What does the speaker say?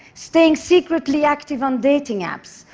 staying secretly active on dating apps.